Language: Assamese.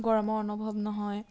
গৰমৰ অনুভৱ নহয়